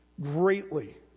greatly